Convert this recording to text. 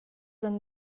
han